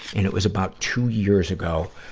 and it was about two years ago.